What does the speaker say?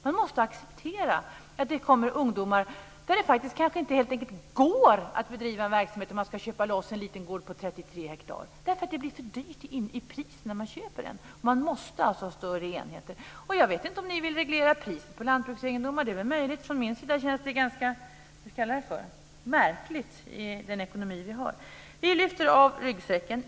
Man måste acceptera att det kommer ungdomar för vilka det faktiskt helt enkelt inte går att bedriva en verksamhet om man ska köpa loss en liten gård på 33 hektar. Det blir för dyrt i pris när man köper den. Man måste alltså ha större enheter. Jag vet inte om ni vill reglera priset på lantbruksegendomar. Det är väl möjligt. Från min sida känns det ganska märkligt i den ekonomi vi har. Vi lyfter av ryggsäcken!